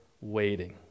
waiting